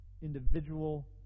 individual